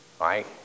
right